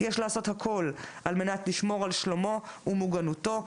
יש לעשות הכל על מנת לשמור על שלומו ועל המוגנות שלו,